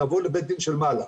לבוא לבית דין של מעלה.